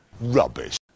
Rubbish